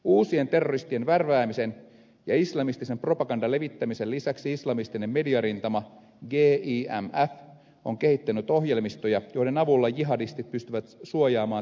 uusien terroristien värväämisen ja islamistisen propagandan levittämisen lisäksi islamistinen mediarintama gimf on kehittänyt ohjelmistoja joiden avulla jihadistit pystyvät suojaamaan tietoliikenteensä tiedusteluviranomaisilta